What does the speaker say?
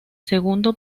segundo